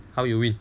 how you win